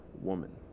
woman